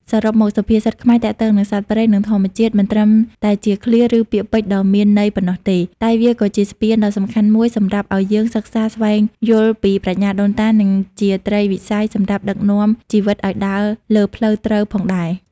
សរុបមក សុភាសិតខ្មែរទាក់ទងនឹងសត្វព្រៃ និងធម្មជាតិ មិនត្រឹមតែជាឃ្លា ឬ ពាក្យពេចន៍ដ៏មានន័យប៉ុណ្ណោះទេ តែវាក៏ជាស្ពានដ៏សំខាន់មួយសម្រាប់ឱ្យយើងសិក្សាស្វែងយល់ពីប្រាជ្ញាដូនតា និងជាត្រីវិស័យសម្រាប់ដឹកនាំជីវិតឱ្យដើរលើផ្លូវត្រូវផងដែរ។